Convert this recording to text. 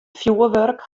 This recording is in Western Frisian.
fjoerwurk